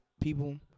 people